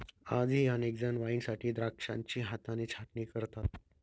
आजही अनेक जण वाईनसाठी द्राक्षांची हाताने छाटणी करतात